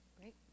Great